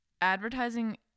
advertising